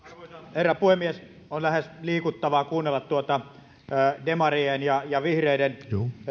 herra puhemies on lähes liikuttavaa kuunnella tuota demarien ja ja vihreiden